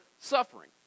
suffering